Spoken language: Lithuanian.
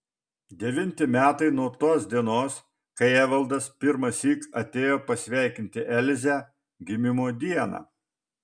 devinti metai nuo tos dienos kai evaldas pirmąsyk atėjo pasveikinti elzę gimimo dieną